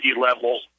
level